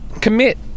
commit